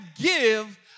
give